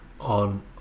on